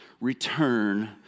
return